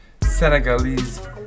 senegalese